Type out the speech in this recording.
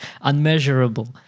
unmeasurable